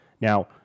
Now